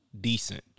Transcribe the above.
decent